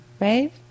right